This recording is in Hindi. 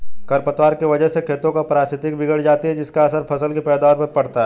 खरपतवार की वजह से खेतों की पारिस्थितिकी बिगड़ जाती है जिसका असर फसल की पैदावार पर पड़ता है